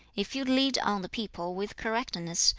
if you lead on the people with correctness,